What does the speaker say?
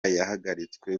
yahagaritswe